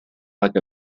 like